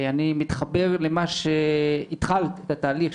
אני מתחבר למה שהתחלת את התהליך,